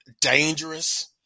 dangerous